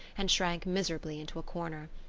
and shrank miserably into a corner.